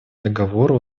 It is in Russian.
договору